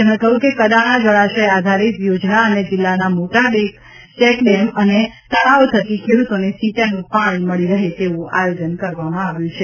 તેમણે કહ્યું કે કડાણા જળાશય આધારિત યોજના અને જિલ્લાના મોટા ડેમ ચેકડેમ અને તળાવો થકી ખેડૂતોને સિંચાઈનું પાણી મળી રહે તેવું આયોજન છે